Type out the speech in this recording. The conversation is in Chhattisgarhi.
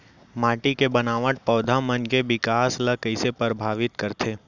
माटी के बनावट पौधा मन के बिकास ला कईसे परभावित करथे